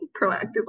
proactively